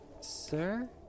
sir